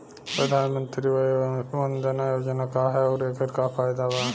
प्रधानमंत्री वय वन्दना योजना का ह आउर एकर का फायदा बा?